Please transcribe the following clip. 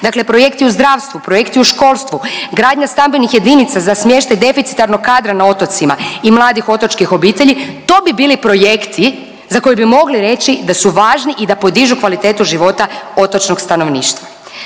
Dakle, projekti u zdravstvu, projekti u školstvu, gradnja stambenih jedinica za smještaj deficitarnog kadra na otocima i mladih otočkih obitelji to bi bili projekti za koje bi mogli reći da su važni da podižu kvalitetu života otočnog stanovništva.